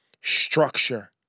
structure